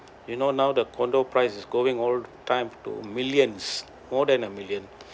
you know now the condo price is going all time to millions more than a million